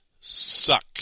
suck